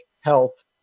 health